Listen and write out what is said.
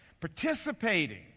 participating